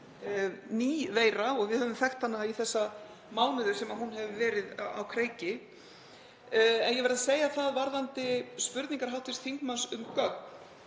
ný veira og við höfum þekkt hana í þá mánuði sem hún hefur verið á kreiki. Ég verð að segja það varðandi spurningar hv. þingmanns um gögn,